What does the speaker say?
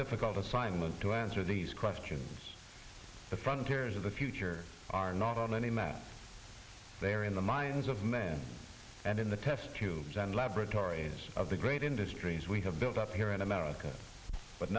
difficult assignment to answer these questions the front tires of the future are not on any map they are in the minds of men and in the test tubes and laboratories of the great industries we have built up here in america but